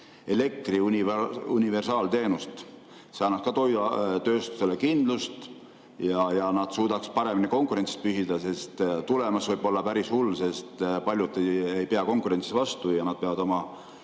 elektri universaalteenust? See annaks ka toiduainetööstusele kindlust ja nad suudaksid paremini konkurentsis püsida, sest tulemus võib olla päris hull, kuna paljud ei pea konkurentsis vastu ja nad peavad oma